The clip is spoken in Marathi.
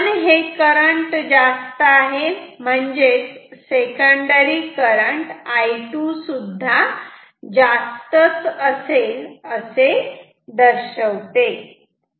आणि I1 हे करंट जास्त आहे म्हणजेच सेकंडरी करंट I2 सुद्धा जास्त असेल असे दर्शवते